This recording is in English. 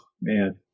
man